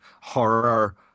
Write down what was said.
horror